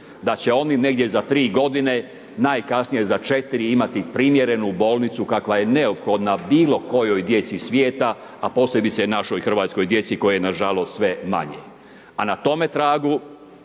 da će oni negdje za 3 godine najkasnije za četiri imati primjerenu bolnicu kakva je neophodna bilo kojoj djeci svijeta a posebice našoj hrvatskoj djeci koje je nažalost sve manje. A na tome tragu